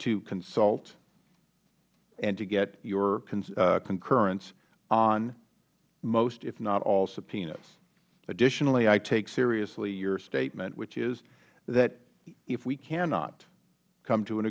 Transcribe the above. to consult and to get your concurrence on most if not all subpoenas additionally i take seriously your statement which is that if we cannot come to an